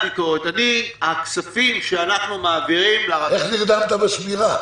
הכספים שאנחנו מעבירים --- איך נרדמת בשמירה?